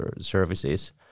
services